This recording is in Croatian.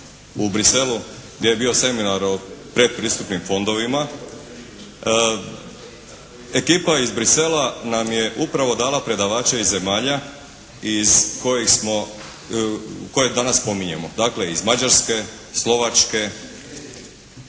u Bruxellesu gdje je bio seminar o predpristupnim fondovima ekipa iz Bruxellesa nam je upravo dala predavače iz zemalja i iz koji smo, koje danas spominjemo. Dakle iz Mađarske, Slovačke,